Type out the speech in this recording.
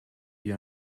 wie